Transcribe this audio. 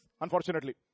unfortunately